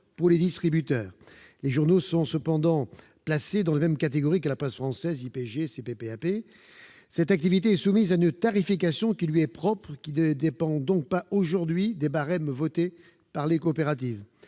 pour les distributeurs. Les journaux sont cependant placés dans les mêmes catégories que la presse française : IPG, CPPAP. Cette activité est soumise à une tarification qui lui est propre et qui ne dépend donc pas aujourd'hui des barèmes votés par les coopératives.